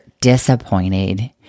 disappointed